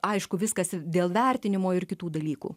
aišku viskas dėl vertinimo ir kitų dalykų